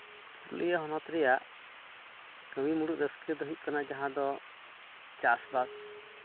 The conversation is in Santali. ᱯᱩᱨᱩᱞᱤᱭᱟᱹ ᱦᱚᱱᱚᱛ ᱨᱮᱭᱟᱜ ᱠᱟᱹᱢᱤ ᱢᱩᱬᱩᱫ ᱨᱟᱹᱥᱠᱟᱹ ᱫᱚ ᱦᱩᱭᱩᱜ ᱠᱟᱱᱟ ᱡᱟᱦᱟᱸ ᱫᱚ ᱪᱟᱥᱼᱵᱟᱥ